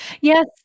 Yes